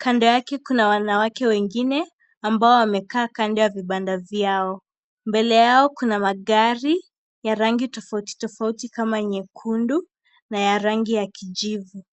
kando yake kuna wanawake wengine ambao wamekaa kando ya vibanda vyao. Mbele yao kuna magari ya rangi tofauti tofauti kama nyekundu na ya rangi ya kijuvu.